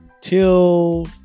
till